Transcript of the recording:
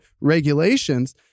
regulations